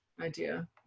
idea